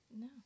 No